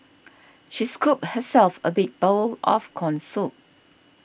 she scooped herself a big bowl of Corn Soup